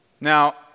Now